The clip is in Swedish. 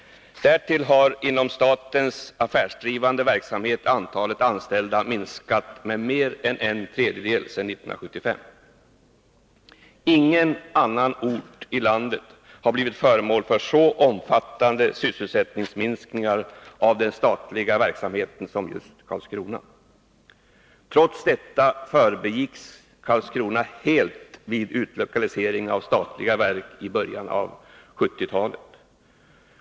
Därtill har inom statens affärsdrivande verksamhet antalet anställda minskat med mer än en tredjedel sedan 1975. Ingen annan ort i landet har blivit föremål för så omfattande sysselsättningsminskningar av den statliga verksamheten som just Karlskrona. Trots detta förbigicks Karlskrona helt vid utlokaliseringen av statliga verk i början av 1970-talet.